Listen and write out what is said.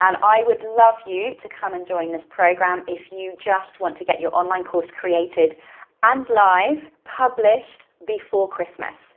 and i would love for you to come and join this program if you just want to get your online course created and live, published, before christmas.